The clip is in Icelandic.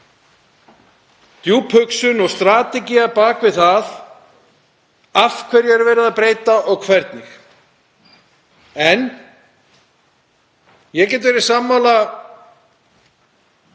djúp hugsun og strategía bak við það af hverju verið er að breyta og hvernig. En ég get verið sammála